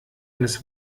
eines